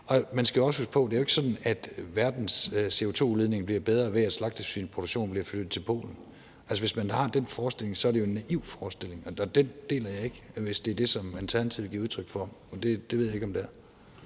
Man skal jo også huske på, at det ikke er sådan, at verdens CO2-udledninger bliver bedre ved, at slagtesvinsproduktionen bliver flyttet til Polen. Altså, hvis man har den forestilling, er det jo en naiv forestilling, og den deler jeg ikke, hvis det altså er det, som Alternativet giver udtryk for – det ved jeg ikke om det er.